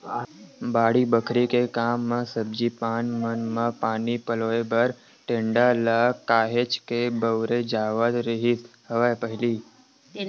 बाड़ी बखरी के काम म सब्जी पान मन म पानी पलोय बर टेंड़ा ल काहेच के बउरे जावत रिहिस हवय पहिली